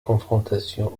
confrontations